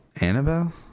Annabelle